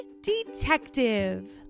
Detective